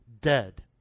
dead